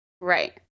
Right